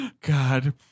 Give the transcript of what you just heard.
God